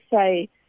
say